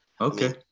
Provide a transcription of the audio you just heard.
Okay